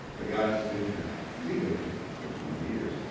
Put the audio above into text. the guy has been here legally for twenty years.